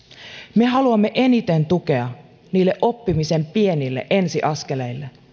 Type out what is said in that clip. me haluamme eniten tukea niille oppimisen pienille ensiaskeleille